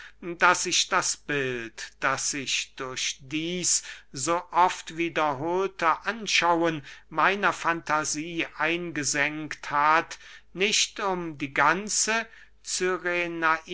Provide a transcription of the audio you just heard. daß ich das bild das sich durch dieß so oft wiederhohlte anschauen meiner fantasie eingesenkt hat nicht um die ganze